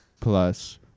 plus